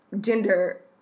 gender